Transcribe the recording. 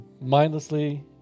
mindlessly